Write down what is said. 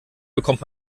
bekommt